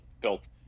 built